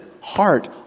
heart